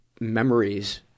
memories